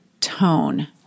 tone